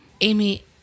Amy